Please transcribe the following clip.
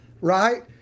right